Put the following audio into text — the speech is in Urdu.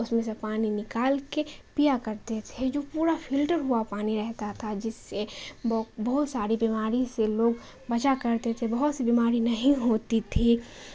اس میں سے پانی نکال کے پیا کرتے تھے جو پورا فلٹر ہوا پانی رہتا تھا جس سے بہت ساری بیماری سے لوگ بچا کرتے تھے بہت سی بیماری نہیں ہوتی تھی